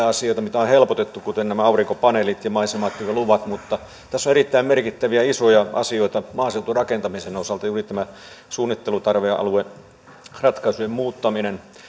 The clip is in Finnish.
asioita joita on helpotettu kuten nämä aurinkopaneelit ja maisematyöluvat mutta tässä on erittäin merkittäviä isoja asioita maaseuturakentamisen osalta juuri tämä suunnittelutarve alueratkaisujen muuttaminen